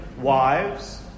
wives